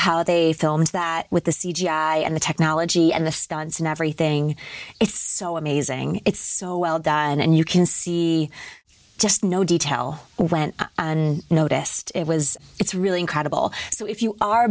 how they films that with the c g i and the technology and the stunts and everything it's so amazing it's so well done and you can see just no detail went and noticed it was it's really incredible so if you are